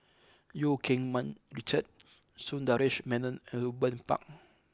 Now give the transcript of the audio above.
Eu Keng Mun Richard Sundaresh Menon Ruben Pang